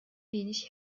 wenig